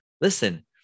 listen